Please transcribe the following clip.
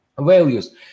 values